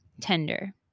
tender